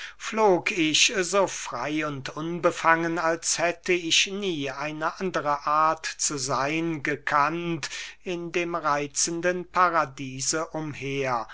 flog ich so frey und unbefangen als hätte ich nie eine andere art zu seyn gekannt in dem reitzenden paradiese umher